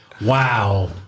Wow